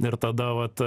ir tada vat